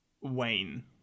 Wayne